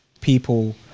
people